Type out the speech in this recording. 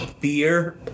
beer